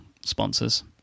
sponsors